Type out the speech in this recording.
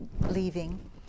leaving